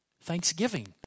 thanksgiving